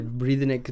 breathing